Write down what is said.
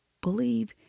believe